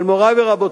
אבל, מורי ורבותי,